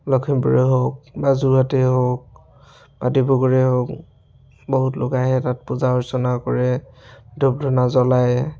লখিমপুৰে হওক বা যোৰহাটে হওক বা ডিব্ৰুগড়ে হওক বহুত লোক আহে তাত পূজা অৰ্চনা কৰে ধূপ ধূনা জ্বলায়